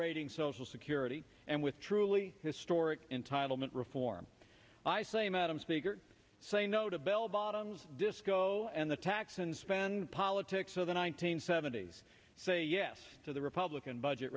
raiding social security and with truly historic entitlement reform i say madam speaker say no to bell bottom disco and the tax and spend politics of the one nine hundred seventy s say yes to the republican budget